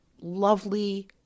lovely